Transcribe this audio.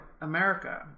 America